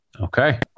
Okay